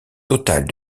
totale